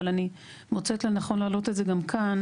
אבל אני מוצאת לנכון להעלות את זה גם כאן.